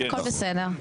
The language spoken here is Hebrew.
הכל בסדר.